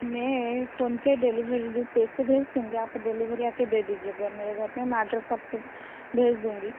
मैं फोन से डेलीवेरी रुपे से भेज दूँ क्या आपके डेलीवेरी आ कर दे दीजिएगा मेरे घर पर मैं एड्रैस आपको भेज दूँगी